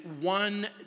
one